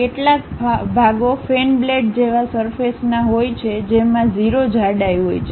કેટલાક ભાગો fan blade જેવા સરફેસના હોય છે જેમાં 0 જાડાઈ હોય છે